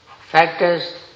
factors